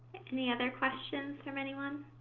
any other questions from anyone?